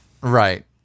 right